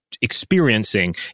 experiencing